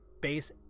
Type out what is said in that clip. base